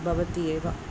भवति एव